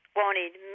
wanted